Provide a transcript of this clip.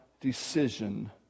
decision